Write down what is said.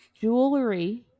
jewelry